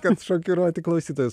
kad šokiruoti klausytojus